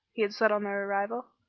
he had said on their arrival.